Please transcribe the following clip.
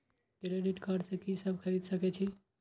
Credit card से की सब खरीद सकें छी?